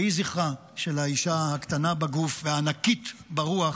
יהי זכרה של האישה הקטנה בגוף והענקית ברוח